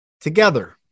together